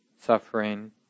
suffering